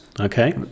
Okay